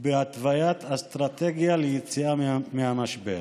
ובהתוויית אסטרטגיה ליציאה מהמשבר.